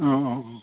औ औ औ